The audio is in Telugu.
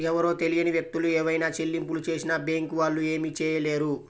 ఎవరో తెలియని వ్యక్తులు ఏవైనా చెల్లింపులు చేసినా బ్యేంకు వాళ్ళు ఏమీ చేయలేరు